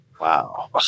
wow